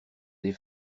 des